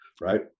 right